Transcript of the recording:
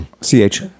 C-H